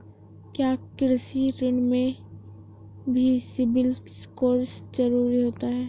क्या कृषि ऋण में भी सिबिल स्कोर जरूरी होता है?